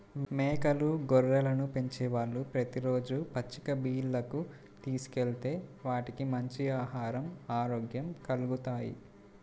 మేకలు, గొర్రెలను పెంచేవాళ్ళు ప్రతి రోజూ పచ్చిక బీల్లకు తీసుకెళ్తే వాటికి మంచి ఆహరం, ఆరోగ్యం కల్గుతాయి